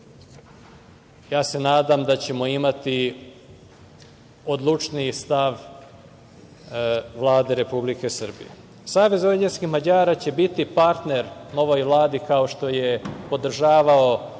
ja se nadam, da ćemo imati odlučniji stav Vlade Republike Srbije. Savez vojvođanskih Mađara će biti partner novoj Vladi kao što je podržavao